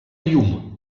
llum